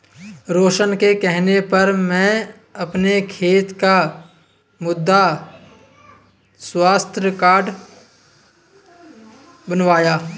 रोशन के कहने पर मैं अपने खेत का मृदा स्वास्थ्य कार्ड बनवाया